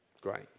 Great